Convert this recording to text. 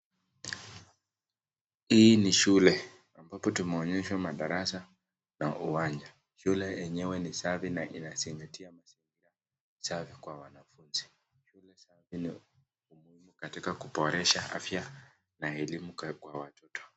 Hii ni shule ambapo tumeonyeshwa madarasa na uwanja, shule yenyewe ni safi na inazingatia mazingira safi kwa wanafunzi. Shule safi ni muhimu katika kuboresha afya na elimu kwa watoto.